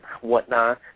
whatnot